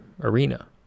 arena